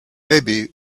maybe